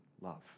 love